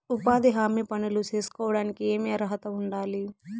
ఉపాధి హామీ పనులు సేసుకోవడానికి ఏమి అర్హత ఉండాలి?